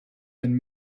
than